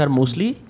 mostly